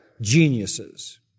geniuses